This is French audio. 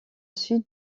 sud